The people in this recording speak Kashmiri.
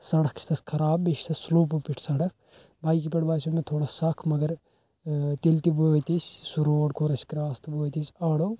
سَڑَک چھِ تتھ خراب بیٚیہِ چھِ تتھ سلوپو پٮ۪ٹھۍ سَڑَک بایکہِ پٮ۪ٹھ باسیٛو مےٚ تھوڑا سکھ مگر ٲں تیٚلہِ تہِ وٲتۍ أسۍ روڈ کوٚر اسہِ کرٛاس تہٕ وٲتۍ أسۍ آڑو